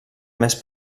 més